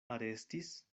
arestis